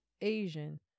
Asian